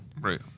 Right